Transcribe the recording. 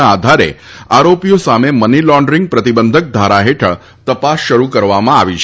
ના આધારે આરોપીઓ સામે મનીલોન્ડરિંગ પ્રતિબંધક ધારા હેઠળ તપાસ શરૂ કરવામાં આવી છે